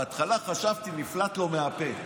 בהתחלה חשבתי נפלט לו מהפה.